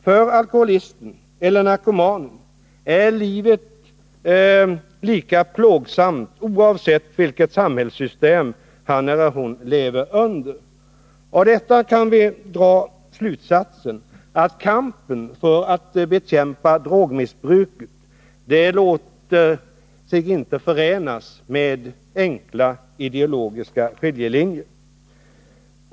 För alkoholisten eller narkomanen är livet lika plågsamt oavsett vilket samhällssystem han eller hon lever under. Av detta kan vi dra slutsatsen att kampen för att bekämpa drogmissbruket inte låter sig föras efter enkla ideologiska linjer.